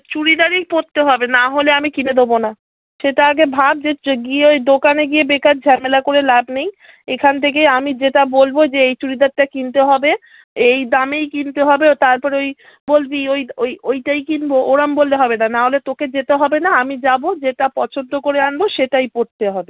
চুড়িদারই পরতে হবে নাহলে আমি কিনে দোবো না সেটা আগে ভাব যে গিয়ে ওই দোকানে গিয়ে বেকার ঝামেলা করে লাভ নেই এখান থেকে আমি যেটা বলবো যে এই চুড়িদারটা কিনতে হবে এই দামেই কিনতে হবে ও তারপরে ওই বলবি ওই ওই ওইটাই কিনবো ওরম বললে হবে না নাহলে তোকে যেতে হবে না আমি যাবো যেটা পছন্দ করে আনবো সেটাই পরতে হবে